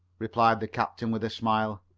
replied the captain with a smile.